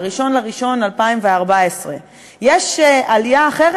ב-1 בינואר 2014. יש עלייה אחרת,